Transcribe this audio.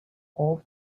all